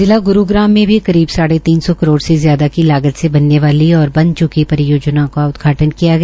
जिला ग्रूग्राम में भी करबी साढ़े तीन सौ करोड़ से ज्यादा की लागत से बनने वाली और बन च्की परियेाजनाओं का उदघाटन् किया गया